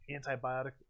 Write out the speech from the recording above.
antibiotic